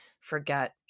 forget